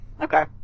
Okay